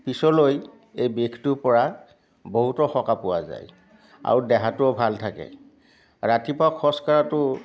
পিছলৈ এই বিষটোৰ পৰা বহুতো সকাহ পোৱা যায় আৰু দেহাটোও ভাল থাকে ৰাতিপুৱা খোজকঢ়াটো